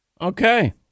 Okay